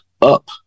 up